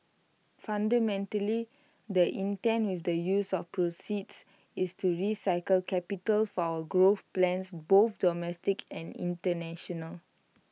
fundamentally the intent with the use of proceeds is to recycle capital for our growth plans both domestic and International